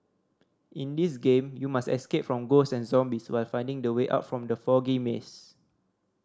in this game you must escape from ghost and zombies while finding the way out from the foggy maze